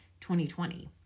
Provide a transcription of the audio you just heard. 2020